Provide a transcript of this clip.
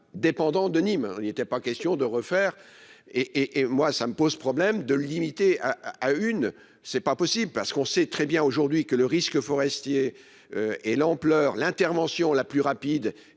dépendant de Nîmes, il n'était pas question de refaire et et moi ça me pose problème de limiter à une. C'est pas possible parce qu'on sait très bien aujourd'hui que le risque forestier. Et l'ampleur l'intervention la plus rapide